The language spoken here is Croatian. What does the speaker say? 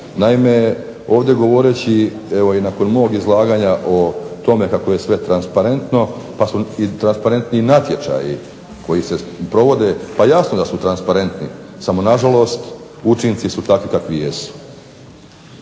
Naime, ovdje govoreći i nakon mog izlaganja o tome kako je sve transparentno pa su transparentni i natječaji koji se provode. Pa jasno da su transparentni samo nažalost učinci su takvi kakvi jesu.